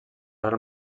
real